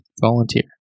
Volunteer